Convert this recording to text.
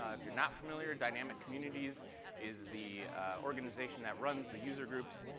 ah if you're not familiar dynamic communities is the organization that runs the user groups.